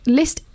list